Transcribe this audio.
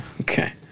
Okay